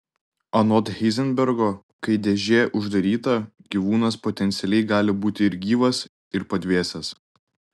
anot heizenbergo kai dėžė uždaryta gyvūnas potencialiai gali būti ir gyvas ir padvėsęs